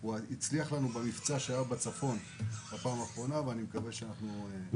הוא הצליח במבצע שהיה בצפון בפעם האחרונה ואני מקווה שנתקדם עם